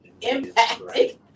impacted